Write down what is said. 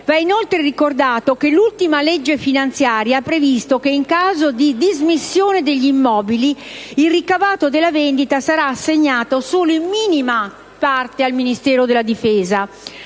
Va, inoltre, ricordato che l'ultima legge finanziaria ha previsto che, in caso di dismissione degli immobili, il ricavato della vendita sarà assegnato solo in minima parte al Ministero della difesa.